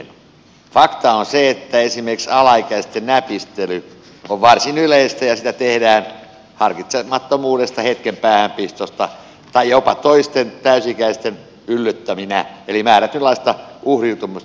fakta on se että esimerkiksi alaikäisten näpistely on varsin yleistä ja sitä tehdään harkitsemattomuudesta hetken päähänpistosta tai jopa toisten täysi ikäisten yllyttäminä eli myös määrätynlaista uhriutumista esiintyy